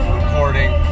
recording